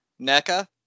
NECA